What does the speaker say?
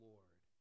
Lord